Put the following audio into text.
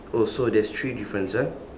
oh so there's three difference ah